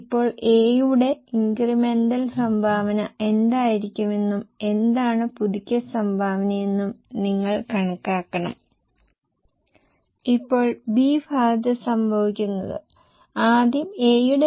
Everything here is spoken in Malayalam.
ഇപ്പോൾ നിങ്ങൾ പെസിമിസ്റ്റിക്കിനായി കണക്കാക്കാൻ ശ്രമിക്കുകയാണെങ്കിൽ പെസിമിസ്റ്റിക്കിന് എന്താണ് സംഭവിക്കുന്നതെന്ന് കാണുക